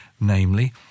namely